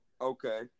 okay